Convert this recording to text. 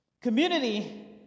Community